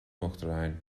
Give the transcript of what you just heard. uachtaráin